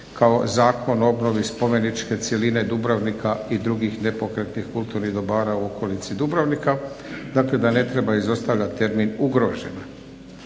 kao Zakon o obnovi spomeničke cjeline Dubrovnika i drugih nepokretnih kulturnih dobara u okolici Dubrovnika, dakle da ne treba izostavljat termin ugrožena